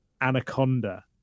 Anaconda